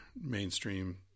mainstream